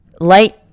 light